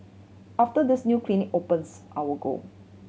after this new clinic opens I will go